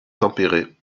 tempéré